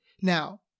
Now